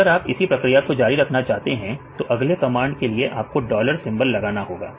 अगर आप इसी प्रक्रिया जारी रखना चाहते हैं तो अगले कमांड के लिए आपको डॉलर सिंबल लगाना होगा